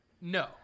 No